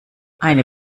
eine